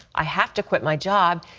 i have to quit my job.